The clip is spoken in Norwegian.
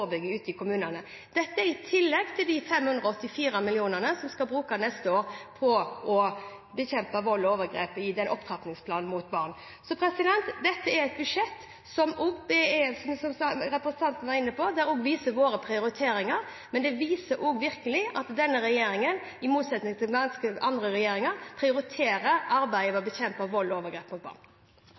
de 584 mill. kr som vi skal bruke neste år på å bekjempe vold og overgrep mot barn, til tiltak i opptrappingsplanen. Dette er et budsjett der vi viser våre prioriteringer, som representanten var inne på, men det viser også at denne regjeringen, i motsetning til andre regjeringer, virkelig prioriterer arbeidet med å bekjempe vold og overgrep mot barn.